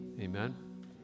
Amen